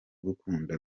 gukunda